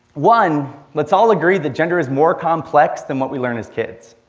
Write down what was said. one, let's all agree that gender is more complex than what we learned as kids.